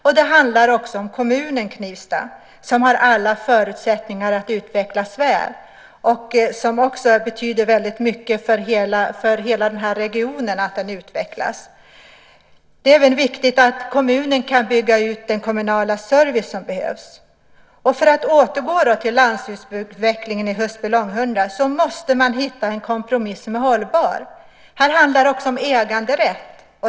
Och det handlar om kommunen Knivsta som har alla förutsättningar att utvecklas väl. Det betyder också väldigt mycket för hela den här regionen, att den utvecklas. Det är även viktigt att kommunen kan bygga ut den kommunala service som behövs. Och, för att återgå till landsbygdsutvecklingen i Husby-Långhundra, man måste hitta en kompromiss som är hållbar. Här handlar det också om äganderätt.